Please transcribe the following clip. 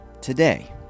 today